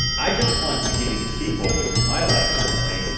i just want to give you the sequel, which is my life currently,